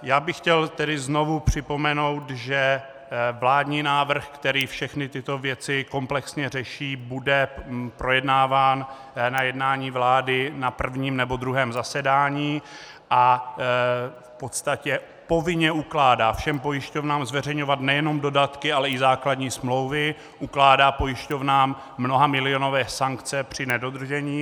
Já bych tedy chtěl znovu připomenout, že vládní návrh, který všechny tyto věci komplexně řeší, bude projednáván na jednání vlády na prvním nebo druhém zasedání a v podstatě povinně ukládá všem pojišťovnám zveřejňovat nejenom dodatky, ale i základní smlouvy, ukládá pojišťovnám mnohamilionové sankce při nedodržení.